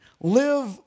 live